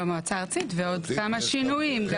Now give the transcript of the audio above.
במועצה הארצית ועוד כמה שינויים.